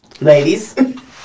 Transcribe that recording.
ladies